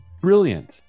brilliant